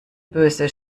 böse